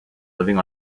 living